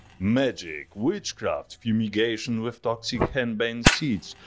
magic, witchcraft, fumigation with toxic henbane seeds,